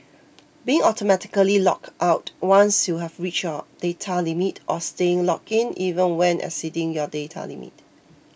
being automatically logged out once you've reached your data limit or staying logged in even when exceeding your data limit